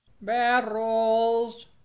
Barrels